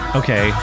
okay